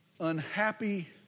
unhappy